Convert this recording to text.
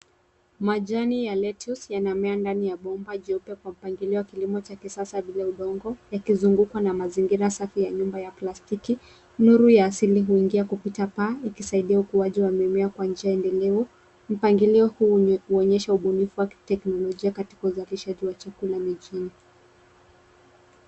Majani ya lettuce yanamea ndani ya bomba jeupe pamoja kwa mpangilio wa kilimo cha sasa bila udongo yakizungukwa na mazingira safi ya nyumba ya plastiki , nuru ya asili huingia kupita paa ukisaidia ukuaji wa mimea kwa njia endelevu. Mpangilio huu huonyesha ubunifu wa kiteknolojia katika uzalishaji wa chakula mijini.